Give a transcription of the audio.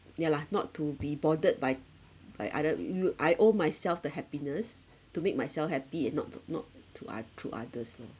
ya lah not to be bothered by by other you I owe myself the happiness to make myself happy and not to not to oth~ to others lor